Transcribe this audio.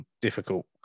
difficult